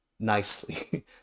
nicely